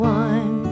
one